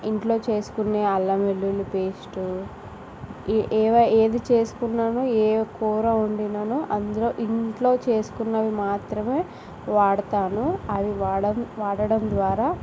ఇంట్లో చేసుకునే అల్లం వెల్లుల్లి పేస్టు ఏవై ఏది చేసుకున్నానో ఏ కూర వండినానో అందులో ఇంట్లో చేసుకున్నవి మాత్రమే వాడతాను అవి వాడడం ద్వారా